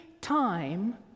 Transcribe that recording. time